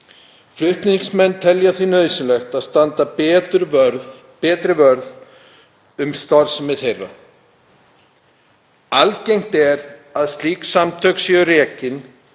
Flutningsmenn telja því nauðsynlegt að standa betur vörð um starfsemi þeirra. Algengt er að slík samtök séu rekin